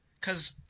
Cause